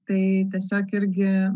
tai tiesiog irgi